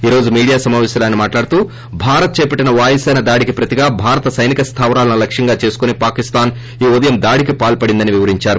ఈ రోజు మీడియా సమాపేశం లో ఆయన మాటలాడుతూ భారత్ చేపట్లిన వాయుసేన దాడికి ప్రతిగా భారత సైనిక స్టావరాలను లక్ష్యంగా చేసుకుని పాకిస్లాన్ ఈ ఉదయం దాడికి పాల్సడిందని వివరిందారు